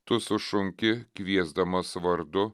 tu sušunki kviesdamas vardu